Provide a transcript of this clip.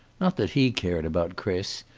not that he cared about chris,